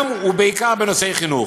גם ובעיקר בנושאי חינוך.